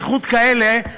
בייחוד כאלה,